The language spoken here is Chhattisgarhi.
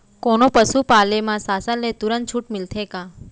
कोनो पसु पाले म शासन ले तुरंत छूट मिलथे का?